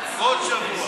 כל שבוע.